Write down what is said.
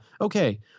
Okay